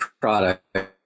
product